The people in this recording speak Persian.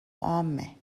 عامه